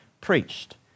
preached